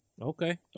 Okay